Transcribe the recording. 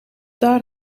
daar